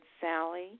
Sally